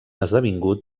esdevingut